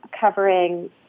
covering